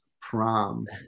prom